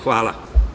Hvala.